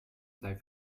sei